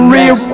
Real